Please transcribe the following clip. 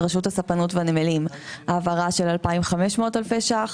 רשות הספנות והנמלים העברה של 2,500 אלפי ש"ח.